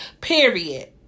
period